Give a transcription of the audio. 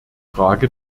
frage